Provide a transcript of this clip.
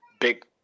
big